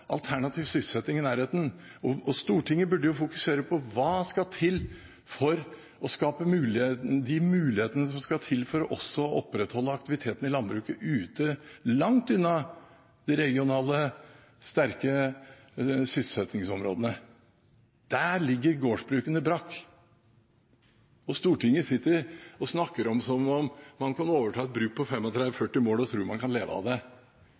alternativ sysselsetting i nærheten, og Stortinget burde jo fokusere på hva som skal til for å skape de mulighetene som skal til for å opprettholde aktiviteten i landbruket også langt unna de regionale, sterke sysselsettingsområdene. Der ligger gårdsbrukene brakk, og Stortinget snakker som om man kan overta et bruk på 35–40 mål og tro man kan leve av det.